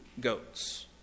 goats